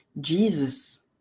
Jesus